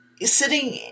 sitting